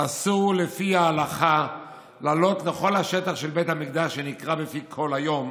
אסור לפי ההלכה לעלות לכל השטח של בית המקדש שנקרא בפי כול היום